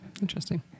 Interesting